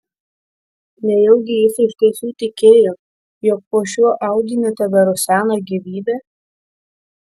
nejaugi jis iš tiesų tikėjo jog po šiuo audiniu teberusena gyvybė